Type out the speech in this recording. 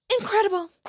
incredible